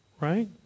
right